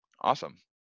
Awesome